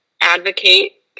advocate